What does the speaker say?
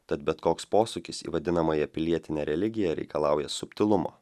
tad bet koks posūkis į vadinamąją pilietinę religiją reikalauja subtilumo